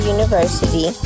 University